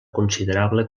considerable